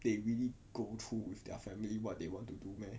they really go through with their family what they want to do meh